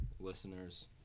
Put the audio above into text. Listeners